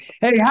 hey